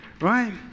right